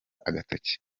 agatoki